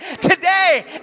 today